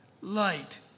light